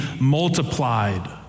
multiplied